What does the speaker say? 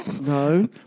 No